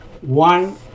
one